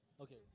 Okay